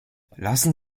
lassen